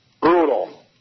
brutal